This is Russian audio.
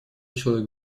человек